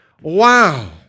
wow